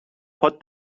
پات